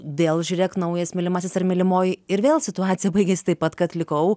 vėl žiūrėk naujas mylimasis ar mylimoji ir vėl situacija baigės taip pat kad likau